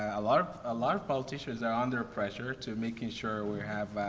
a lot of, a lot of politicians are under pressure to making sure we have, ah,